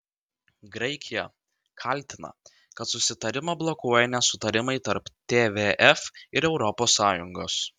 graikija kaltina kad susitarimą blokuoja nesutarimai tarp tvf ir europos sąjungos